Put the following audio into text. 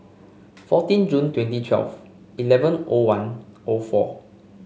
fourteen June twenty twelve eleven O one O four